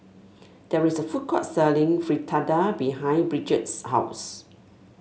there is a food court selling Fritada behind Bridgett's house